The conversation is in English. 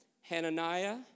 Hananiah